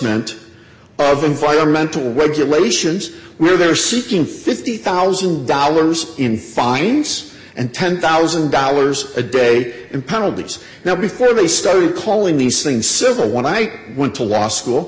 moment of environmental regulations where they're seeking fifty thousand dollars in fines and ten thousand dollars a day in penalties now before they started calling these things civil when i went to law school